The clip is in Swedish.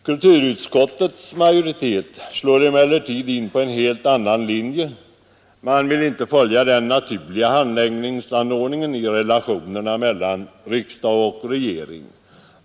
Kulturutskottets majoritet slår emellertid in på en helt annan linje. Man vill inte följa den naturliga handläggningsordningen i relationerna mellan riksdag och regering.